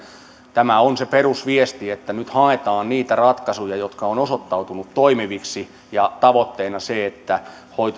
tämä on se perusviesti että nyt haetaan niitä ratkaisuja jotka ovat osoittautuneet toimiviksi ja tavoitteena on se että